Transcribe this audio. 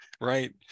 right